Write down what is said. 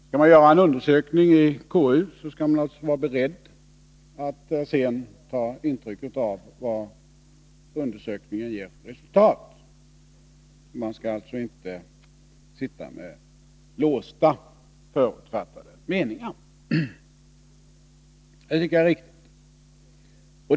Skall man göra en undersökning i KU, skall man alltså vara beredd att sedan ta intryck av vad undersökningen ger för resultat. Man skall inte sitta med låsta, förutfattade meningar. Det tycker jag är riktigt.